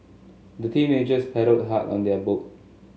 the teenagers paddled hard on their boat